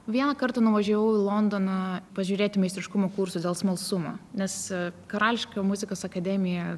vieną kartą nuvažiavau į londoną pažiūrėt meistriškumo kursų dėl smalsumo nes karališkoji muzikos akademija